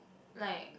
like